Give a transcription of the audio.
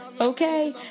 okay